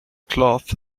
cloth